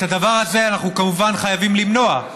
את הדבר הזה אנחנו כמובן חייבים למנוע,